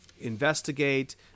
investigate